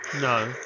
No